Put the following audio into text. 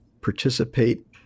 participate